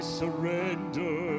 surrender